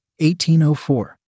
1804